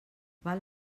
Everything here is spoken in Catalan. val